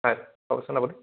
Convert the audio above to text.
হয় ক'বচোন আপুনি